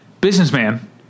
businessman